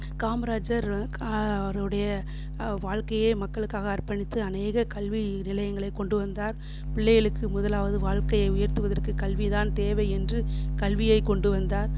காமராஜர் அவருடைய வாழ்க்கையே மக்களுக்காக அர்ப்பணித்து அநேக கல்வி நிலையங்களை கொண்டுவந்தார் பிள்ளைகளுக்கு முதலாவது வாழ்க்கையை உயர்த்துவதற்கு கல்வி தான் தேவை என்று கல்வியை கொண்டுவந்தார்